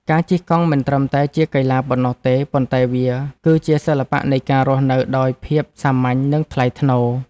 ការជិះកង់មិនត្រឹមតែជាកីឡាប៉ុណ្ណោះទេ ប៉ុន្តែវាគឺជាសិល្បៈនៃការរស់នៅដោយភាពសាមញ្ញ និងថ្លៃថ្នូរ។